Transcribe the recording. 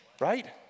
right